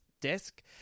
desk